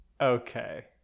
Okay